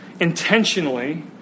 intentionally